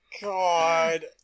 God